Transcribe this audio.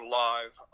live